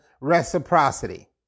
reciprocity